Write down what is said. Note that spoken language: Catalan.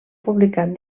publicat